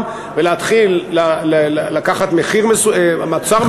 ולקחת מוצר מסוים ולבוא פעמיים ושלוש,